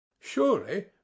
Surely